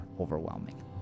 overwhelming